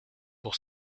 pour